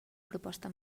proposta